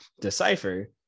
decipher